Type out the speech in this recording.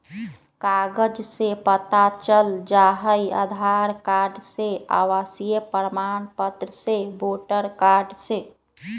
कागज से पता चल जाहई, आधार कार्ड से, आवासीय प्रमाण पत्र से, वोटर कार्ड से?